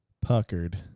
puckered